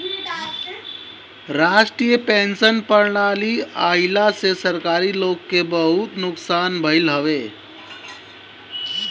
राष्ट्रीय पेंशन प्रणाली आईला से सरकारी लोग के बहुते नुकसान भईल हवे